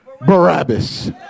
Barabbas